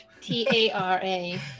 T-A-R-A